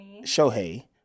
Shohei